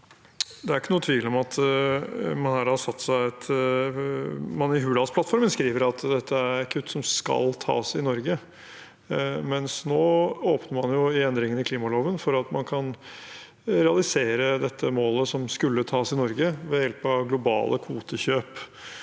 Det er ikke noen tvil om at man i Hurdalsplattformen skriver at dette er kutt som skal tas i Norge, mens nå åpner man jo i endringene i klimaloven for at dette målet som skulle tas i Norge, kan realiseres ved hjelp av globale kvotekjøp.